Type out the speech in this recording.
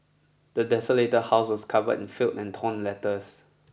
the desolated house was covered in filth and torn letters